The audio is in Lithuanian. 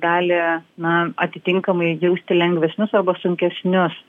gali na atitinkamai jausti lengvesnius arba sunkesnius